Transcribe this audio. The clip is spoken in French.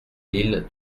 mille